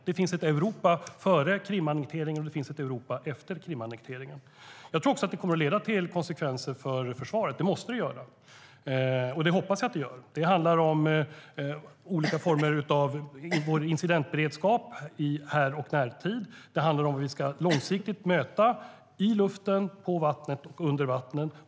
Det finns ett Europa före Krimannekteringen, och det finns ett Europa efter Krimannekteringen.Jag tror att det kommer att leda till konsekvenser för försvaret. Det måste det göra, och det hoppas jag att det gör. Det handlar om olika former av vår incidentberedskap i närtid. Det handlar om hur vi långsiktigt ska möta hot i luften, på vattnet och under vattnet.